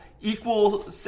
equal